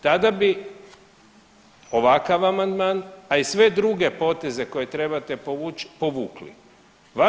Tada bi ovakav amandman, a i sve druge poteze koje trebate povuć povukli.